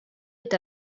est